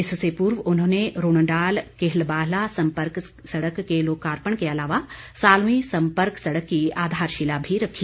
इससे पूर्व उन्होंने रूणडाल किलबहाला संपर्क सड़क के लोकार्पण के अलावा सालवीं संपर्क सड़क की आधारशिला भी रखी